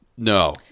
No